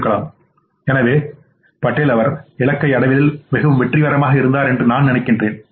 எனவே அவர் இலக்கை அடைவதில் மிகவும் வெற்றிகரமாக இருந்தார் என்று நான் நினைக்கிறேன்